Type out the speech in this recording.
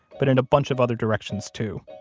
but in a bunch of other directions, too.